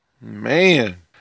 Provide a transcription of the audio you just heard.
Man